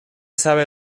sabe